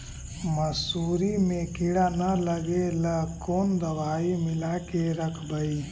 मसुरी मे किड़ा न लगे ल कोन दवाई मिला के रखबई?